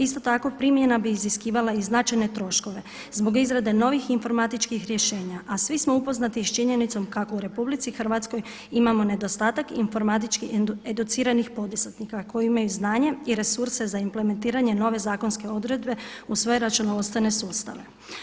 Isto tako primjena bi iziskivala i značajne troškove zbog izrade novih informatičkih rješenja a svi smo upoznati s činjenicom kako u RH imamo nedostatak informatički educiranih poduzetnika koji imaju znanje i resurse za implementiranje nove zakonske odredbe u svoje računovodstvene sustave.